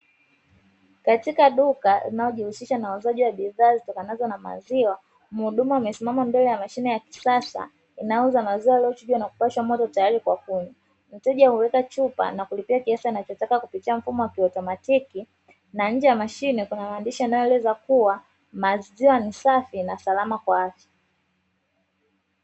Katika duka linalo jihusisha na uuzaji wa bidhaa zitakazo na maziwa, mhudumu amesimama mbele ya mashine ya kisasa inayouza maziwa yaliyochujwa na kupashwa moto tayari kwa kunywa. Wateja uweka chupa na kulipia kiasi achotaka kupitia mfumo wa kiautomatiki, na nje ya mashine kuna maandishi yanayoeleza kuwa maziwa ni safi na salama kwa afya.